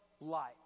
light